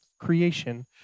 creation